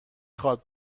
خواد